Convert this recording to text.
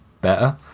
better